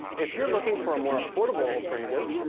if you're looking for a more affordable alternative,